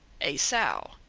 a sow.